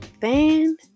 fan